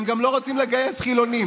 הם גם לא רוצים לגייס חילונים.